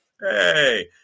hey